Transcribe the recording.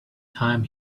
time